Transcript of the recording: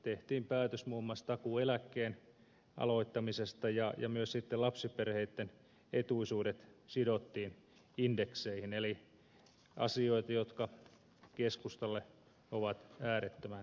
tehtiin päätös muun muassa takuueläkkeen aloittamisesta ja myös sitten lapsiperheitten etuisuudet sidottiin indekseihin asioita jotka keskustalle ovat äärettömän tärkeitä